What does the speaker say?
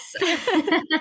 Yes